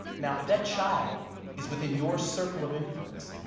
now, if that child is within your circle of influence,